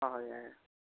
ꯑꯍꯣꯏ ꯌꯥꯔꯦ ꯌꯥꯔꯦ